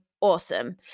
Awesome